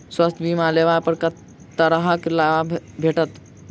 स्वास्थ्य बीमा लेबा पर केँ तरहक करके लाभ भेटत?